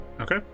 Okay